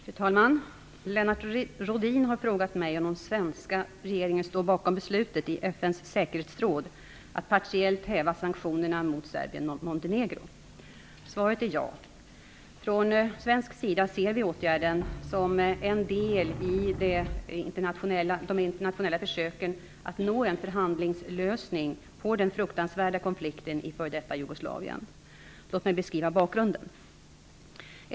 Fru talman! Lennart Rohdin har frågat mig om den svenska regeringen står bakom beslutet i FN:s säkerhetsråd att partiellt häva sanktionerna mot Svaret är ja. Från svensk sida ser vi åtgärden som en del i de internationella försöken att nå en förhandlingslösning på den fruktansvärda konflikten i f.d. Jugoslavien. Låt mig beskriva bakgrunden.